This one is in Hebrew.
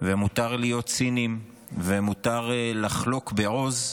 ומותר להיות ציניים ומותר לחלוק בעוז,